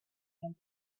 and